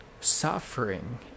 Suffering